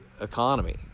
economy